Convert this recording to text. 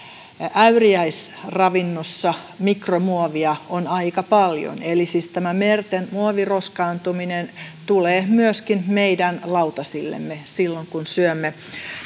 äyriäisravinnossa mikromuovia on aika paljon eli siis tämä merten muoviroskaantuminen tulee myöskin meidän lautasillemme silloin kun syömme